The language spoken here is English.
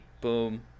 Boom